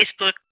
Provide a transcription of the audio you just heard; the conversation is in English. Facebook